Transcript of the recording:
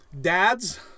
dads